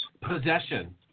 Possession